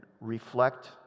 reflect